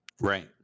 Right